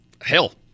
hell